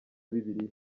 bibiliya